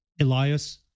Elias